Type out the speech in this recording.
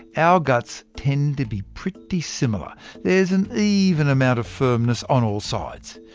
our guts tend to be pretty similar there's an even amount of firmness on all sides.